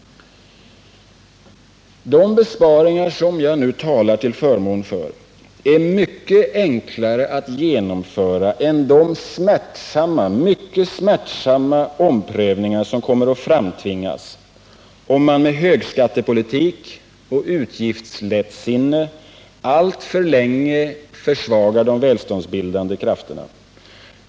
De besparingar som jag nu talar till förmån för är mycket enklare att genomföra än de smärtsamma omprövningar som kommer att framtvingas, om man med högskattepolitik och utgiftslättsinne alltför länge försvagar de välståndsbildande krafterna.